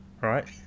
right